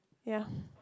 ya